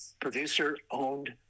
producer-owned